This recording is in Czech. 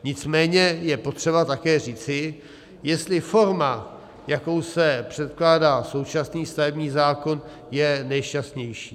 Nicméně je potřeba také říci, jestli forma, jakou se předkládá současný stavební zákon, je nejšťastnější.